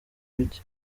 mike